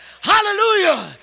Hallelujah